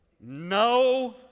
no